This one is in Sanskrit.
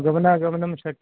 गमनागमनं शक्यते